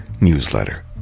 newsletter